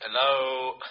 Hello